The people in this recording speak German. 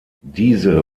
diese